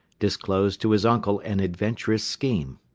disclosed to his uncle an adventurous scheme.